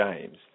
James